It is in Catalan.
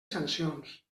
sancions